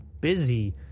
busy